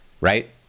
right